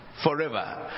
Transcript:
Forever